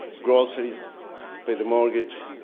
grocery ies to pay the mortgage,